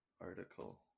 article